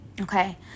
Okay